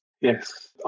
Yes